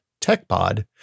TechPod